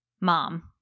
mom